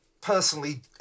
personally